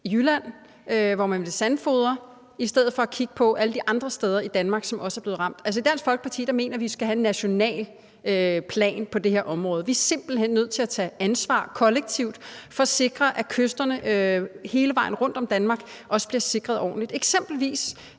i Jylland, hvor man vil sandfodre, i stedet for at man kigger på alle de andre steder i Danmark, som også er blevet ramt. Altså, i Dansk Folkeparti mener vi, at vi skal have en national plan på det her område. Vi er simpelt hen nødt til at tage ansvar kollektivt for at sikre, at kysterne hele vejen rundt om Danmark bliver sikret ordentligt. Hvis